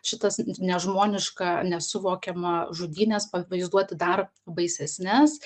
šitas nežmoniška nesuvokiama žudynės pavaizduoti dar baisesnes